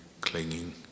clinging